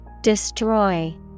Destroy